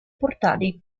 portali